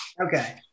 Okay